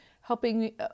helping